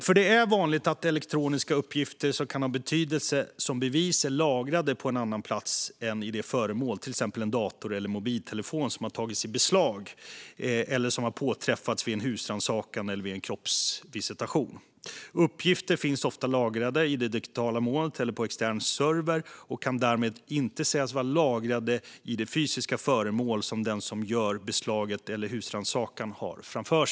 Det är nämligen vanligt att elektroniska uppgifter som kan ha betydelse som bevis är lagrade på en annan plats än i det föremål, till exempel en dator eller en mobiltelefon, som har tagits i beslag eller som har påträffats vid en husrannsakan eller vid en kroppsvisitation. Uppgifter finns ofta lagrade i det digitala molnet eller på en extern server och kan därmed inte sägas vara lagrade i det fysiska föremål som den som gör beslaget eller husrannsakan har framför sig.